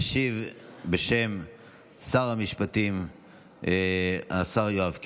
ישיב בשם שר המשפטים השר יואב קיש,